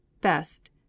Best